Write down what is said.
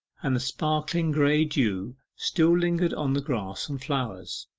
and the sparkling grey dew still lingered on the grass and flowers.